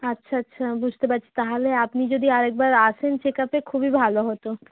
আচ্ছা আচ্ছা বুঝতে পারছি তাহলে আপনি যদি আর একবার আসেন চেক আপে খুবই ভালো হত